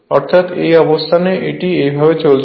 অর্থাৎ এই অবস্থানে এটি এইভাবে চলছে